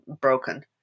broken